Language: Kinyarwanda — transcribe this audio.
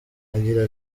agira